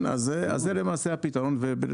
אז זה הפתרון, למעשה.